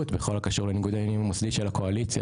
בכל הקשור לניגוד העניינים המוסדי של הקואליציה,